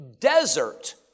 desert